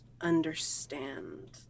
understand